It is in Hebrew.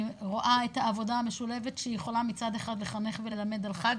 אני רואה את העבודה המשולבת שהיא יכולה מצד אחד לחנך וללמד על חג,